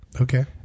Okay